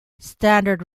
standard